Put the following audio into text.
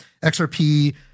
XRP